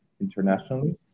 internationally